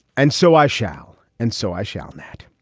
and so i shall. and so i shall. that.